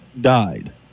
died